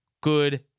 good